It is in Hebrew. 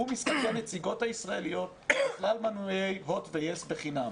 משחקי הנציגות הישראליות לכלל מנויי הוט ויס בחינם.